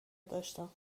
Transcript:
داشتم